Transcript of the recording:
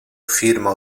firma